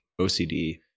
OCD